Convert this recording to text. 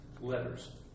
letters